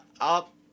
up